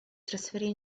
trasferì